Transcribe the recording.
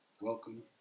Welcome